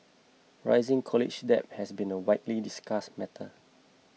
rising college debt has been a widely discussed matter